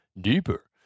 Deeper